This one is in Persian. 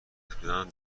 اطمینان